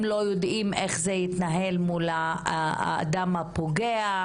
הם לא יודעים איך זה יתנהל מול האדם הפוגע,